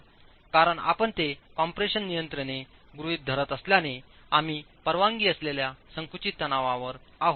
कारण आपण ते कम्प्रेशन नियंत्रणे गृहित धरत असल्याने आम्ही परवानगी असलेल्या संकुचित तणावावर आहोत